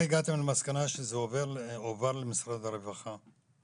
אז איך הגעתם למסקנה שזה הועבר למשרד הרווחה?